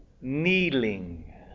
kneeling